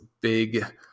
big